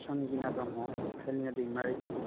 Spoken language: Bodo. संगिना ब्रह्म हेलिना दैमारि